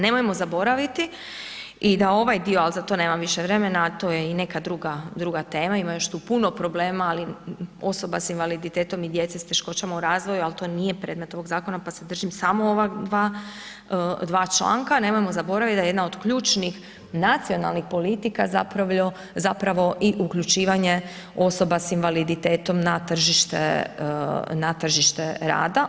Nemojmo zaboraviti i da ovaj dio ali za to nemam više vremena, a to je i neka druga tema, ima još tu puno problema, ali osoba sa invaliditetom i djeca s teškoćama u razvoju ali to nije predmet ovog zakona pa se držim samo ova dva članka, nemojmo zaboraviti da je jedna od ključnih nacionalnih politika zapravo i uključivanja osoba sa invaliditetom na tržište rada.